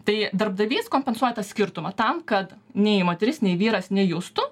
tai darbdavys kompensuoja tą skirtumą tam kad nei moteris nei vyras nejustų